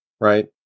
Right